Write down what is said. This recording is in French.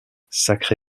sacré